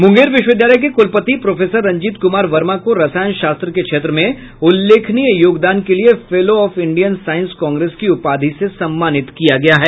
मुंगेर विश्वविद्यालय के कुलपति प्रोफेसर रंजीत कुमार वर्मा को रसायन शास्त्र के क्षेत्र में उल्लेखनीय योगदान के लिये fellow of Indian Science Congress की उपाधि से सम्मानित किया गया है